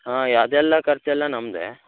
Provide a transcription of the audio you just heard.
ಹಾಂ ಅದೆಲ್ಲ ಖರ್ಚೆಲ್ಲ ನಮ್ಮದೆ